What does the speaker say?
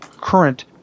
current